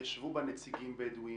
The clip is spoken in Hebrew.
ישבו נציגים בדואים,